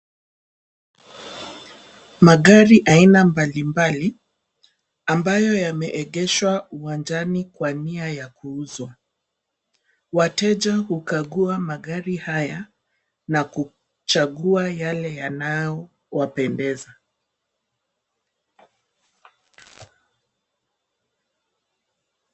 Magari aina mbalimbali, ambayo yameegeshwa uwanjani kwa nia ya kuuzwa. Wateja hukagua magari haya, na kuchagua yale yanayowapendeza.